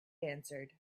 answered